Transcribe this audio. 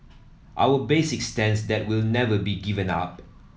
our basic stance that will never be given up